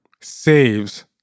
saves